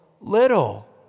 little